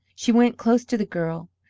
she went close to the girl,